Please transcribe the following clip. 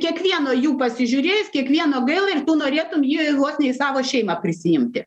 kiekvieno jų pasižiūrės kiekvieno gaila ir tu norėtum jį vos nei savo šeimą prisiimti